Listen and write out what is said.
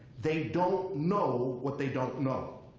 they don't know what they don't know.